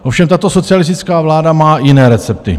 Ovšem tato socialistická vláda má jiné recepty.